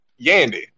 Yandy